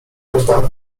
oddam